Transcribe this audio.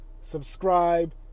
Subscribe